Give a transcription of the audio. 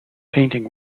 painting